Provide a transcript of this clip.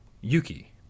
yuki